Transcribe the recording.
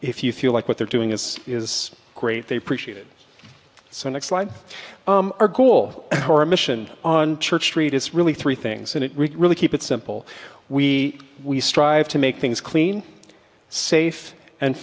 if you feel like what they're doing is is great they appreciate it so next slide our goal our mission on church street is really three things and it really keep it simple we we strive to make things clean safe and